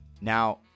now